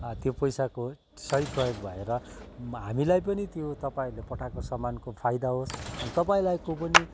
त्यो पैसाको सही प्रयोग भएर हामीलाई पनि त्यो तपाईँहरूले पठाएको सामानको फाइदा होस् अनि तपाईँलाईको पनि